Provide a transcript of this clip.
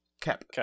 Cap